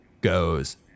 goes